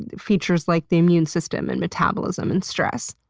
and features like the immune system, and metabolism, and stress.